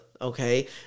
okay